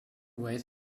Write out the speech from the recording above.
wait